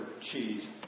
cheese